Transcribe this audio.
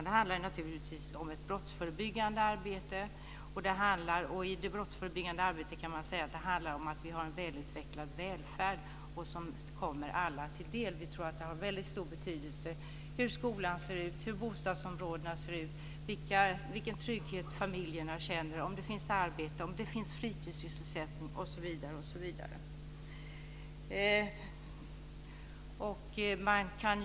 Det handlar naturligtvis om ett brottsförebyggande arbete, och i det brottsförebyggande arbetet handlar det om en välutvecklad välfärd som kommer alla till del. Vi tror att det har väldigt stor betydelse hur skolan ser ut, hur bostadsområdena ser ut, vilken trygghet som familjerna känner, om det finns arbete, om det finns fritidssysselsättningar osv.